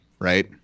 right